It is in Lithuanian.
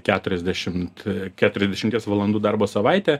keturiasdešimt keturiasdešimties valandų darbo savaitė